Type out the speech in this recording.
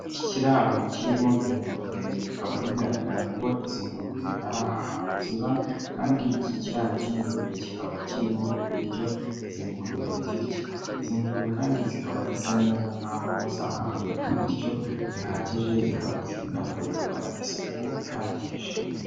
Ikiraro kirimo ingurube bikaba bigaragara ko izi ngurube ari aha hantu ziba kandi iki kiraro cy'ingurube kikaba kirimo ibiryo izi ngurube zirya. Izi ngurube kandi zikaba zisa neza nk'aho zahawe ibiryo bihagije, zikaba zinakorerwa isuku ihagije.